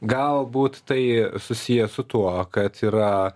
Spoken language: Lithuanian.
galbūt tai susiję su tuo kad yra